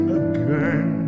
again